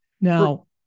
Now